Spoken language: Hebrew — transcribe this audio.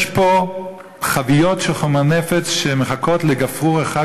יש פה חביות של חומר נפץ שמחכות לגפרור אחד,